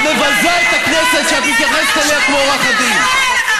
את מבזה את הכנסת כשאת מתייחסת אליה כמו עורכת דין.